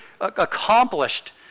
accomplished